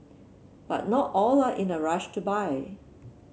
but not all are in a rush to buy